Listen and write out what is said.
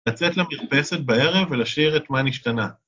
לצאת למרפסת בערב ולשיר את מה נשתנה.